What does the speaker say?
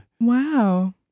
Wow